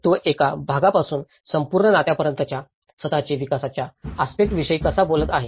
तो एका भागापासून संपूर्ण नात्यापर्यंतच्या स्वत ची विकासाच्या आस्पेक्टविषयी कसा बोलत आहे